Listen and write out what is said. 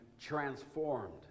transformed